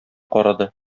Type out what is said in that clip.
карады